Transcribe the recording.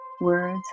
words